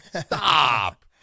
stop